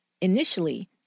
Initially